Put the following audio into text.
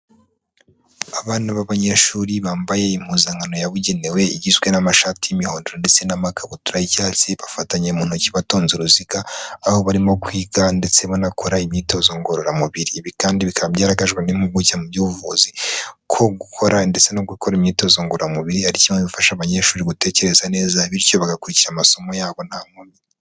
Abana b'abanyeshuri bambaye impuzankano yabugenewe igizwe n'amashati y'imihodo ndetse n'amakabutura y'icyatsi, bafatanye mu ntoki batonze uruziga, aho barimo kwiga ndetse banakora imyitozo ngororamubiri. Ibi kandi bikaba byaragaragajwe n'impuguke mu by'ubuvuzi ko gukora ndetse no gukora imyitozo ngororamubiri ari kimwe mu bifasha abanyeshuri gutekereza neza, bityo bagakurikira amasomo yabo nta nkomyi.